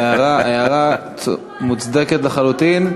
זאת הערה מוצדקת לחלוטין.